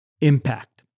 impact